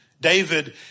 David